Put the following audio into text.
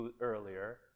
earlier